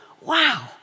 Wow